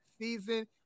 season